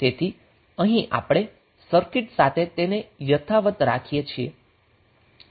તેથી અહીં આપણે સર્કિટ સાથે તેને યથાવત રાખીએ છીએ